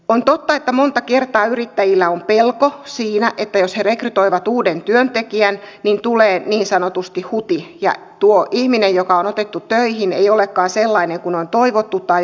on totta että monta kertaa yrittäjillä on pelko siinä että jos he rekrytoivat uuden työntekijän niin tulee niin sanotusti huti ja tuo ihminen joka on otettu töihin ei olekaan sellainen kuin on toivottu tai odotettu